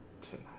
tonight